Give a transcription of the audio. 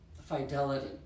fidelity